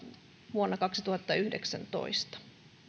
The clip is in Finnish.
vuonna kaksituhattayhdeksäntoista